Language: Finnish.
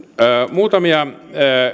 muutamia